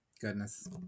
Goodness